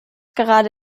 gerade